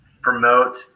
promote